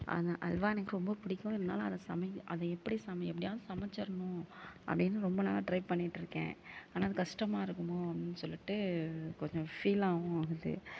அந்த அல்வா எனக்கு ரொம்ப பிடிக்கும் இருந்தாலும் அதை சமைக் அதை எப்படி சமைக் எப்படியாவது சமச்சிரணும் அப்படின்னு ரொம்ப நாளாக ட்ரை பண்ணிட்டு இருக்கேன் ஆனால் அது கஷ்டமா இருக்குமோ அப்படின்னு சொல்லிட்டு கொஞ்சம் ஃபீலாகும் ஆகுது